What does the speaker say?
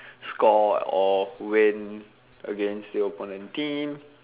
score or win against the opponent team